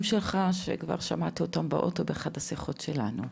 שלך שכבר שמעתי אותם באוטו באחת השיחות שלנו.